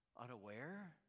unaware